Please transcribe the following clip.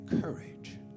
courage